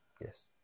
Yes